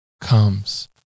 comes